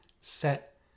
set